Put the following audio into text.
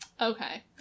okay